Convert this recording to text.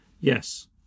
Yes